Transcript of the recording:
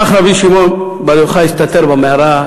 כך רבי שמעון בר יוחאי הסתתר במערה.